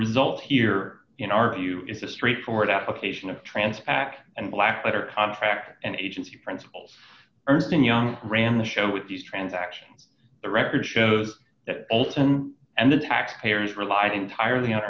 result here in our view is a straightforward application of trance back and black letter contract and agency principals ernst and young ran the show with these transactions the record shows that olson and the taxpayers relied entirely